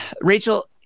Rachel